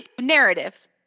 Narrative